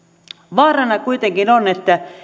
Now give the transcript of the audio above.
vaarana kuitenkin on että